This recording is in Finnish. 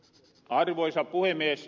arvoisa puhemies